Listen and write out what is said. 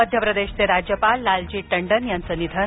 मध्य प्रदेशचे राज्यपाल लालजी टंडन यांचं निधन